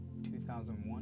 2001